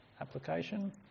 application